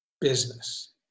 business